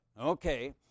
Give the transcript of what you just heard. Okay